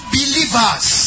believers